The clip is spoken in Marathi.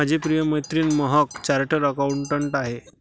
माझी प्रिय मैत्रीण महक चार्टर्ड अकाउंटंट आहे